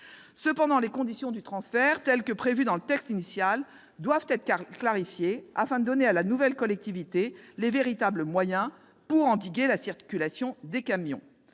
Cependant, les conditions du transfert, telles que prévues par le texte initial, doivent être clarifiées, afin de donner à la nouvelle collectivité les véritables moyens pour endiguer la circulation des camions.